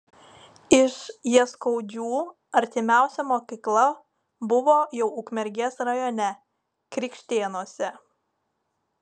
iš jaskaudžių artimiausia mokykla buvo jau ukmergės rajone krikštėnuose